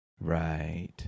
Right